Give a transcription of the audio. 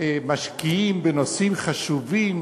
משקיעים בנושאים חשובים,